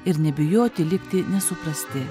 ir nebijoti likti nesuprasti